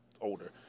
older